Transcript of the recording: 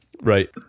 Right